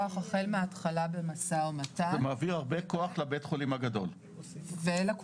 בתי החולים שרלוונטיים לזה זה בדיוק מה שאתה שאלת אז על ה-20 ק"מ.